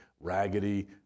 raggedy